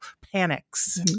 panics